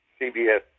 CBS